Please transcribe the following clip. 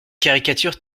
caricature